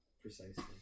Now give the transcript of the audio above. precisely